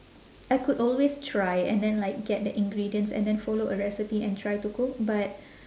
I could always try and then like get the ingredients and then follow a recipe and try to cook but